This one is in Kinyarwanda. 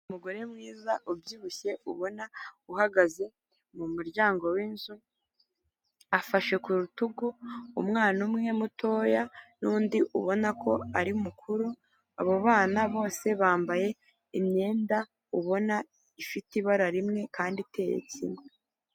Umugore mwiza ubyibushye, ubona uhagaze mu muryango w'inzu, afashe ku rutugu umwana umwe mutoya n'undi ubona ko ari mukuru, abo bana bose bambaye imyenda ubona ifite ibara rimwe kandi iteye kimwe.